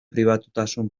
pribatutasun